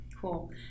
Cool